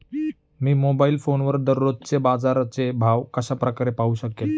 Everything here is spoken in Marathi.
मी मोबाईल फोनवर दररोजचे बाजाराचे भाव कशा प्रकारे पाहू शकेल?